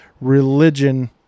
religion